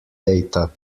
data